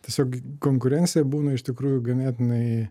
tiesiog konkurencija būna iš tikrųjų ganėtinai